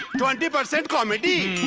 twenty percent comedy.